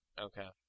okay